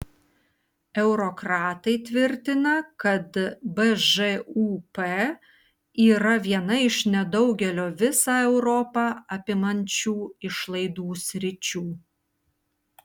eurokratai tvirtina kad bžūp yra viena iš nedaugelio visą europą apimančių išlaidų sričių